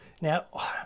Now